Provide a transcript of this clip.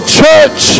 church